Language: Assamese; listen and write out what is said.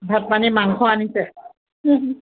ভাত পানী মাংস আনিছে